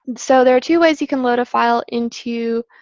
so there are two ways you can load a file into